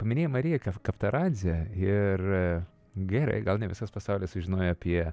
paminėjai mariją kaptaradzę ir gerai gal ne visas pasaulis sužinojo apie